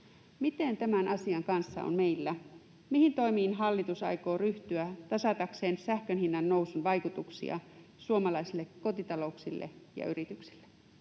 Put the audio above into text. Miten tämän asian kanssa on meillä? Mihin toimiin hallitus aikoo ryhtyä tasatakseen sähkön hinnan nousun vaikutuksia suomalaisille kotitalouksille ja yrityksille?